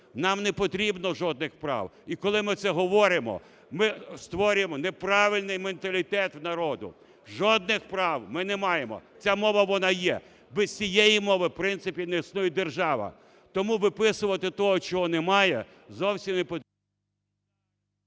нам не потрібно жодних прав і коли ми це говоримо, ми створюємо неправильний менталітет у народу, жодних прав ми не маємо, ця мова, вона є, без цієї мови в принципі не існує держава. Тому виписувати того, чого немає, зовсім… ГОЛОВУЮЧИЙ.